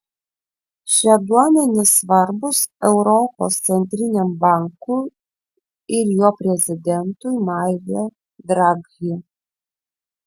šie duomenys svarbūs europos centriniam bankui ir jo prezidentui mario draghi